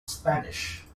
spanish